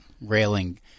railing